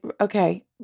okay